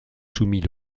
soumis